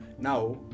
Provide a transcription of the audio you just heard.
Now